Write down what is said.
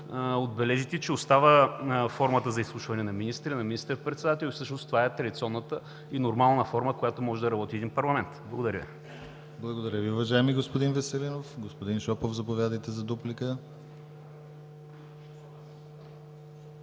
отбележите, че остава формата за изслушване на министри, на министър-председателя. Всъщност това е традиционната и нормална форма, в която може да работи един парламент. Благодаря Ви. ПРЕДСЕДАТЕЛ ДИМИТЪР ГЛАВЧЕВ: Благодаря Ви, уважаеми господин Веселинов. Господин Шопов, заповядайте за дуплика.